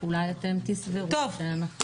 אולי אתם תסברו שאנחנו --- טוב,